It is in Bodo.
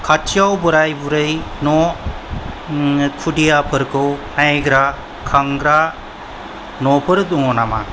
खाथियाव बोराय बुरिनि न' खुदियाफोरखौ नायग्रा खांग्रा न'फोर दङ नामा